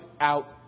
out